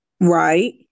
right